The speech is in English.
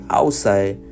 outside